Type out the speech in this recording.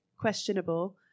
questionable